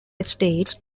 estates